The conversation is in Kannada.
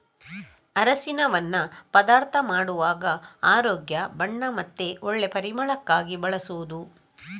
ಅರಸಿನವನ್ನ ಪದಾರ್ಥ ಮಾಡುವಾಗ ಆರೋಗ್ಯ, ಬಣ್ಣ ಮತ್ತೆ ಒಳ್ಳೆ ಪರಿಮಳಕ್ಕಾಗಿ ಬಳಸುದು